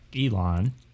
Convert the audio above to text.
Elon